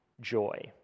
joy